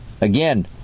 Again